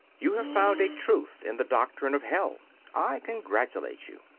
you have found a truth in the doctrine of hell i congratulate you.